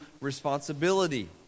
responsibility